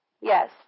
Yes